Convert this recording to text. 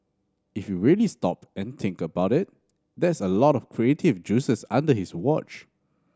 if you really stop and think about it that's a lot of creative juices under his watch